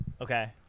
okay